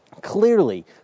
Clearly